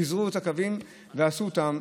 פיזרו את הקווים ועשו אותם,